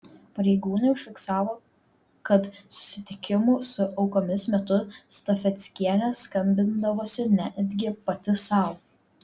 pareigūnai užfiksavo kad susitikimų su aukomis metu stafeckienė skambindavosi netgi pati sau